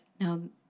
no